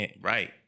Right